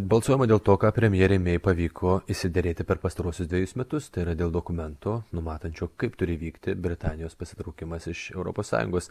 balsuojama dėl to ką premjerei mei pavyko išsiderėti per pastaruosius dvejus metus tai yra dėl dokumento numatančio kaip turi vykti britanijos pasitraukimas iš europos sąjungos